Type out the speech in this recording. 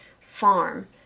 farm